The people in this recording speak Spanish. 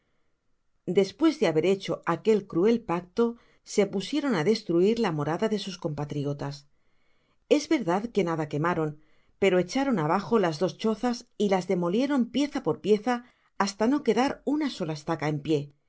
despues de haber hecho aquel cruel pacto se pusieron á destruir la morada de sus compatriotas es verdad que nada quemaron pero echaron á bajo las dos chozas y las demolieron pieza por pieza hasta no quedar una sola estaca en pié